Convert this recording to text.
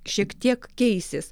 šiek tiek keisis